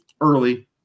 early